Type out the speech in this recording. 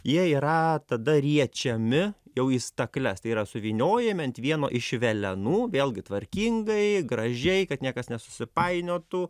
jie yra tada riečiami jau į stakles tai yra suvyniojami ant vieno iš velenų vėlgi tvarkingai gražiai kad niekas nesusipainiotų